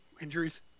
injuries